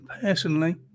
personally